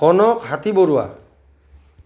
Kanak Hatibaruah